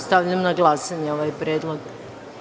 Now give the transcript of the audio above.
Stavljam na glasanje ovaj predlog.